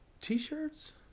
T-shirts